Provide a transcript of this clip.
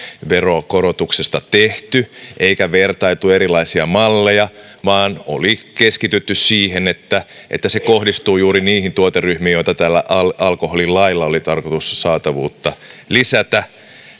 veronkorotuksesta tehty eikä vertailtu erilaisia malleja vaan oli keskitytty siihen että että se kohdistuu juuri niihin tuoteryhmiin joiden saatavuutta tällä alkoholilailla oli tarkoitus lisätä